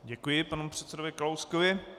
Děkuji panu předsedovi Kalouskovi.